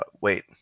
wait